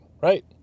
right